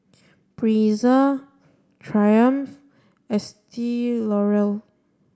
Breezer Triumph Estee